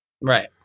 Right